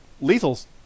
lethal's